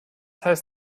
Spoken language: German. heißt